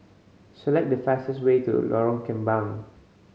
select the fastest way to Lorong Kembang